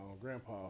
grandpa